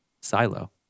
Silo